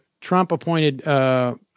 Trump-appointed